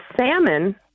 salmon